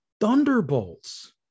Thunderbolts